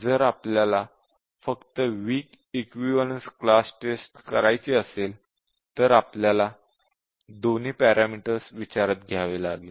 जर आपल्याला फक्त वीक इक्विवलेन्स क्लास टेस्ट करायची असेल तर आपल्याला दोन्ही पॅरामीटर विचारात घ्यावे लागेल